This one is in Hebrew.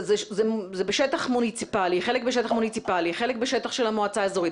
חלק בשטח מוניציפאלי וחלק בשטח המועצה הציבורית.